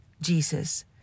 Jesus